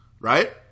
Right